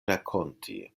rakonti